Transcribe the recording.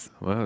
Wow